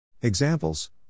Examples